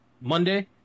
Monday